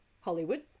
Hollywood